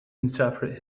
interpret